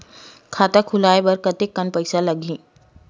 खाता खुलवाय बर कतेकन पईसा लगही?